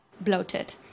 bloated